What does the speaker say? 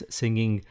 singing